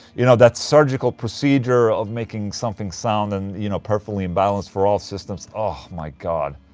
you know, that surgical procedure of making something sound and. you know, perfectly in balance for all systems. oh, my god.